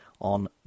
on